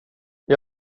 jag